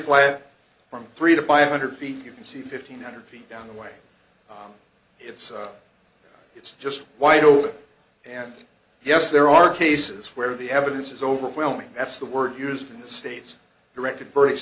flat from three to five hundred feet you can see fifteen hundred feet down the way it's it's just white over and yes there are cases where the evidence is overwhelming that's the word used in the state's directed